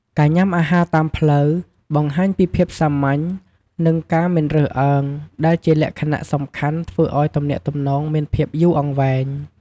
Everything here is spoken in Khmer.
ការញ៉ាំអាហារតាមផ្លូវបង្ហាញពីភាពសាមញ្ញ និងការមិនរើសអើង ដែលជាលក្ខណៈសំខាន់ ធ្វើឲ្យទំនាក់ទំនងមានភាពយូរអង្វែង។